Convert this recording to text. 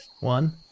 One